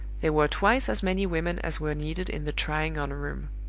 there were twice as many women as were needed in the trying-on room.